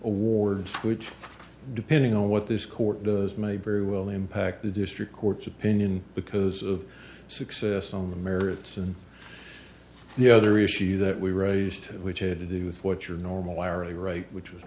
which depending on what this court does may very well impact the district court's opinion because of success on the merits and the other issue that we raised which had to do with what your normal wiring right which was